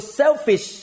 selfish